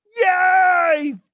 Yay